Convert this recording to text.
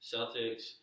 Celtics